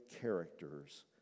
characters